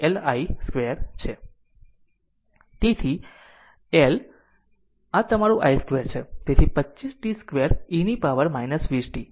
તેથી અડધા L આ તમારું i 2 છે તેથી25 t 2 e to the power 20 t